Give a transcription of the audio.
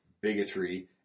bigotry